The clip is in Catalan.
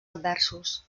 adversos